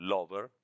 Lover